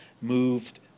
moved